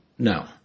No